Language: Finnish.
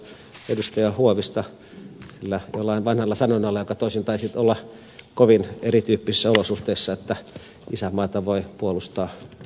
huovista jollain vanhalla sanonnalla joka tosin taisi olla kovin erityyppisissä olosuhteissa että isänmaata voi puolustaa oppositiostakin